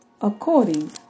according